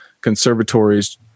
conservatories